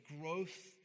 growth